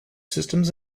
systems